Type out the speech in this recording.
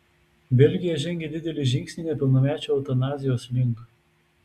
belgija žengė didelį žingsnį nepilnamečių eutanazijos link